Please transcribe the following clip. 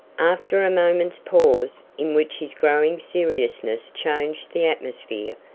after a moment's pause, in which his growing seriousness changed the atmosphere,